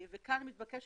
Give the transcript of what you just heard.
כאן מתבקש